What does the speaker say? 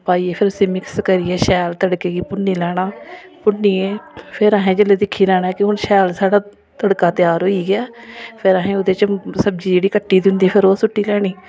पाइयै फिर उसी मिक्स करियै शैल तड़के गी भुन्नी लैना भुन्नियै फिर अहें जेल्लै दिक्खी लैना कि हून शैल साढ़ा तड़का त्यार होई गेआ फिर अहें ओहदे च सब्जी जेह्ड़ी कट्टी दी होंदी फिर ओह् सुट्टी लैनी